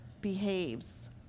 behaves